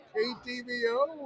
KTVO